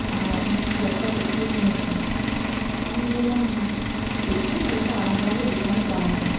আর আপনি চেয়ারটা কোথায় কিনেছেন আমি বললাম দেখুন ওইটা আরামবাগের দোকানে পাওয়া যায়